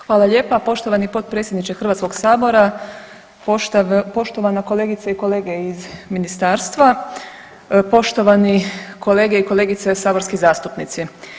Hvala lijepa poštovani potpredsjedniče Hrvatskog sabora, poštovana kolegice i kolege iz Ministarstva, poštovani kolege i kolegice saborski zastupnici.